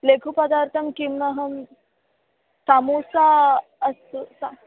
लघुपदार्थं किम् अहं समोसा अस्तु